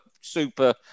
super